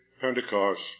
Pentecost